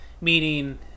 Meaning –